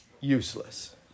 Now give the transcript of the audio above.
useless